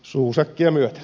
suu säkkiä myöten